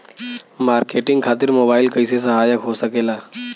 Marketing खातिर mobile कइसे सहायक हो सकेला?